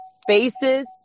spaces